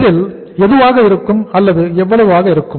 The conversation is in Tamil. இதில் எவ்வளவாக இருக்கும்